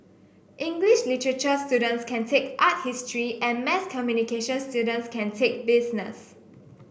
English literature students can take art history and mass communication students can take business